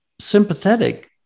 sympathetic